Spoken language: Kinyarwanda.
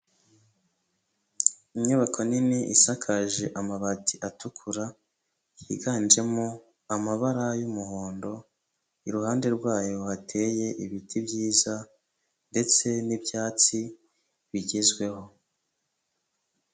Inyubako nini isakaje amabati atukura, yiganjemo amabara y'umuhondo, iruhande rwayo hateye ibiti byiza, ndetse n'ibyatsi bigezweho.